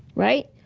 right?